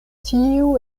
tiu